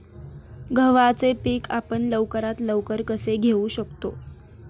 गव्हाचे पीक आपण लवकरात लवकर कसे घेऊ शकतो?